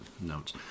notes